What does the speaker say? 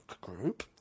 group